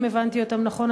אם הבנתי אותם נכון,